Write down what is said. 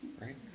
right